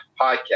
podcast